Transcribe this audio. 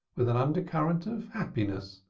with an undercurrent of happiness,